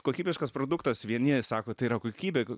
kokybiškas produktas vieni sako tai yra kokybė